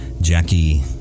Jackie